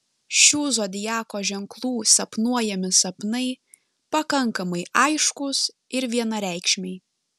šių zodiako ženklų sapnuojami sapnai pakankamai aiškūs ir vienareikšmiai